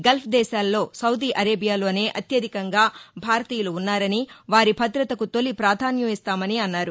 Gulf దేశాల్లో సౌదీ అరేబియాలోనే అత్యధికంగా భారతీయు ఉన్నారని వారి భద్రతకు తౌలి ప్రాధాన్యం ఇస్తామని అన్నారు